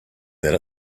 that